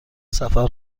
سفر